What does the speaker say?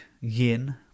yin